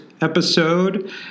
episode